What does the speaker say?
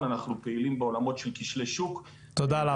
בעולם שיש בו כשל שוק,